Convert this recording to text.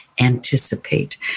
anticipate